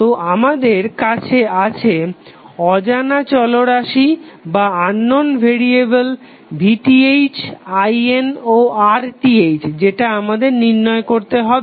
তো আমাদের কাছে আছে অজানা চলরাশি VTh IN ও RTh যেটা আমাদের নির্ণয় করতে হবে